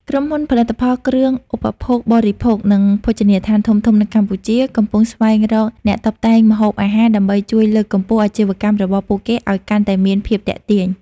ក្រុមហ៊ុនផលិតផលគ្រឿងឧបភោគបរិភោគ និងភោជនីយដ្ឋានធំៗនៅកម្ពុជា កំពុងស្វែងរកអ្នកតុបតែងម្ហូបអាហារដើម្បីជួយលើកកម្ពស់អាជីវកម្មរបស់ពួកគេឱ្យកាន់តែមានភាពទាក់ទាញ។